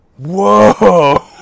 Whoa